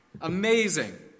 Amazing